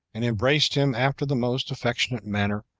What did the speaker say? and embraced him after the most affectionate manner,